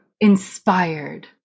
inspired